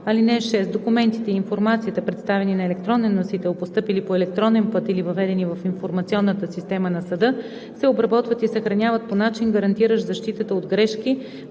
закон. (6) Документите и информацията, представени на електронен носител, постъпили по електронен път или въведени в информационната система на съда, се обработват и съхраняват по начин, гарантиращ защитата от грешки,